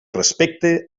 respecte